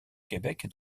québec